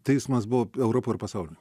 teismas buvo europoj ir pasauly